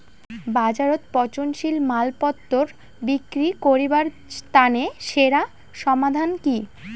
বাজারত পচনশীল মালপত্তর বিক্রি করিবার তানে সেরা সমাধান কি?